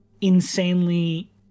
insanely